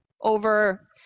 over